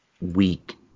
weak